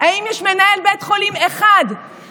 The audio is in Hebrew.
האם אני מרוצה ושלמה במאת האחוזים עם כל סעיפי התקציב?